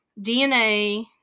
DNA